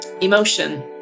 emotion